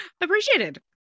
Appreciated